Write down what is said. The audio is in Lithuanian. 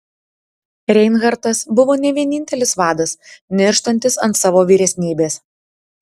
reinhartas buvo ne vienintelis vadas nirštantis ant savo vyresnybės